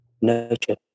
nurture